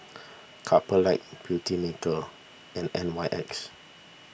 Couple Lab Beautymaker and N Y X